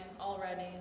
already